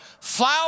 flour